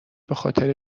بخاطر